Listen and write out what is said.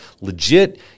legit